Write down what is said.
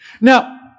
Now